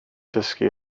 dysgu